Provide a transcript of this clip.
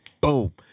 boom